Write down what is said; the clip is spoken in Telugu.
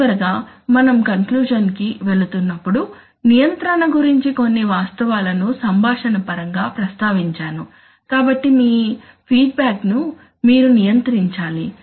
చివరగా మనం కంక్లూషన్ కి వెళుతున్నప్పుడు నియంత్రణ గురించి కొన్ని వాస్తవాలను సంభాషణ పరంగా ప్రస్తావించాను కాబట్టి మీ ఫీడ్బ్యాక్ ను మీరు నియంత్రించాలి